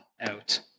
out